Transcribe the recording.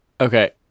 Okay